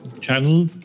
channel